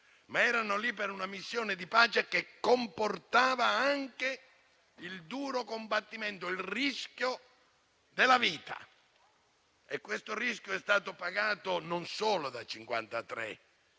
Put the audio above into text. bambini, ma per una missione di pace che comportava anche il duro combattimento e il rischio della vita. E questo è stato pagato non solo da 53 italiani,